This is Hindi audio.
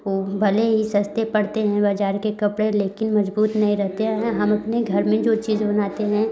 ओ भले ही सस्ते पड़ते हैं बजार के कपड़े लेकिन मजबूत नहीं रहते हैं हम अपने घर में जो चीज बनाते हैं